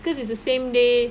'because it's the same day